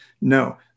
No